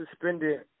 suspended